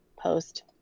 post